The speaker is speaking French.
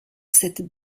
cette